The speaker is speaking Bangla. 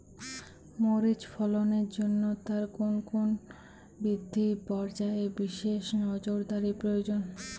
মরিচ ফলনের জন্য তার কোন কোন বৃদ্ধি পর্যায়ে বিশেষ নজরদারি প্রয়োজন?